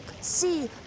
see